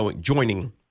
joining